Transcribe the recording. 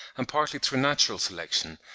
and partly through natural selection,